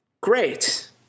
great